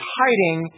hiding